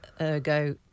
ergo